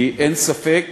כי אין ספק